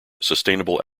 sustainable